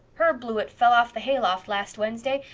herb blewett fell off the hayloft last wednesday,